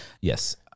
Yes